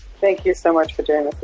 thank you so much for doing